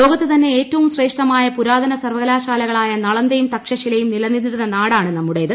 ലോകത്തുതന്നെ ഏറ്റവും ശ്രേഷ്ഠമായ പുരാതന സർവകലാശാലകൾ ആയ നളന്ദയും തക്ഷശിലയും നിലനിന്നി രുന്ന നാടാണ് നമ്മുടേത്